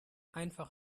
einfach